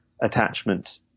Attachment